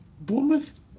Bournemouth